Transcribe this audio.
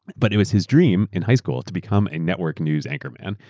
but it was his dream in high school to become a network news anchorman.